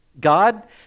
God